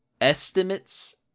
Estimates